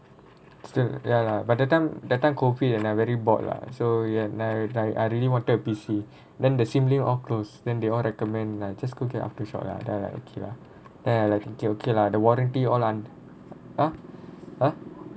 still ya lah but that time that time COVID and I very bored lah so ya I I I really wanted P_C then the sim lim all close then they all recommend lah just go get AFTERSHOCK lah then I like okay lah then I like okay okay lah the warranty all un~ !huh! !huh!